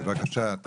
בבקשה.